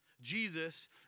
Jesus